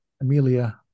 Amelia